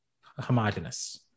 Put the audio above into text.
homogenous